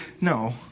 no